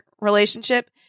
relationship